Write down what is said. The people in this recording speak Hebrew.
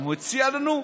הוא מציע לנו: